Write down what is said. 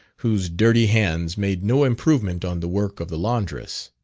whose dirty hands made no improvement on the work of the laundress.